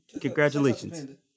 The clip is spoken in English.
Congratulations